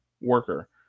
worker